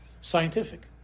scientific